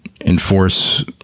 enforce